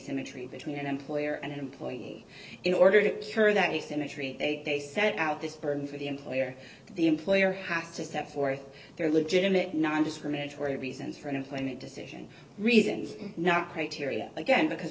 mmetry between an employer and employee in order to her that he's in a tree they set out this burden for the employer the employer has to set forth their legitimate nondiscriminatory reasons for an infinite decision reasons not criteria again because